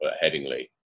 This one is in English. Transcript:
headingly